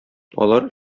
алар